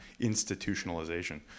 institutionalization